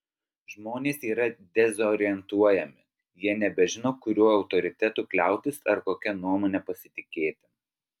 žmonės yra dezorientuojami jie nebežino kuriuo autoritetu kliautis ar kokia nuomone pasitikėti